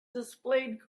displayed